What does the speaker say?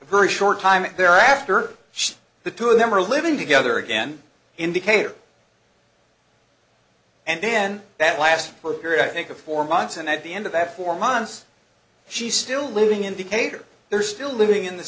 very short time there after the two of them are living together again indicator and then that last period i think of four months and at the end of that four months she's still living in decatur they're still living in the